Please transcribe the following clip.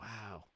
Wow